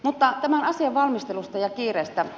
mutta tämän asian valmistelusta ja kiireestä